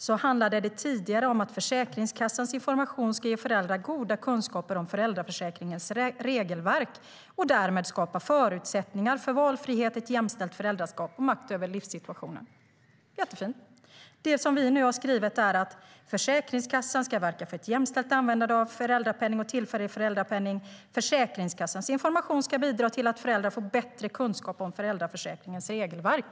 Det handlade tidigare om att Försäkringskassans information "ska ge föräldrar goda kunskaper om föräldraförsäkringens regelverk och därmed skapa förutsättningar för valfrihet i ett jämställt föräldraskap och makt över livssituationen". Fint! Det regeringen nu har skrivit är: "Försäkringskassan ska verka för ett jämställt användande av föräldrapenning och tillfällig föräldrapenning. Försäkringskassans information ska bidra till att föräldrar får bättre kunskap om föräldraförsäkringens regelverk.